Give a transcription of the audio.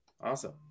Awesome